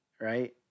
right